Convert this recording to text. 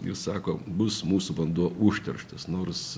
ir sako bus mūsų vanduo užterštas nors